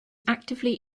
actively